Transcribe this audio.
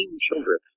children